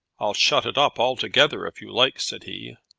i'll shut it up altogether if you like, said he.